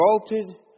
exalted